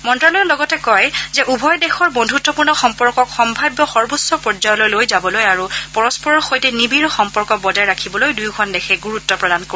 মন্ত্যালয়ে লগতে কয় যে উভয় দেশৰ বন্ধুত্পূৰ্ণ সম্পৰ্কক সম্ভাব্য সৰ্বোচ্চ পৰ্যয়লৈ লৈ যাবলৈ আৰু পৰস্পৰৰ সৈতে নিবিড় সম্পৰ্ক বজাই ৰাখিবলৈ দুয়োখন দেশে গুৰুত্ প্ৰদান কৰিব